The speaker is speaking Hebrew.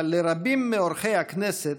אבל לרבים מאורחי הכנסת